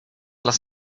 last